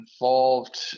involved